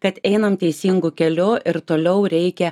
kad einam teisingu keliu ir toliau reikia